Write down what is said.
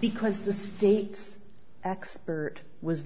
because the state's expert was